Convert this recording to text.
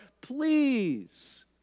please